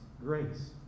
grace